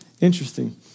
interesting